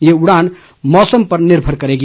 यह उड़ान मौसम पर निर्भर करेगी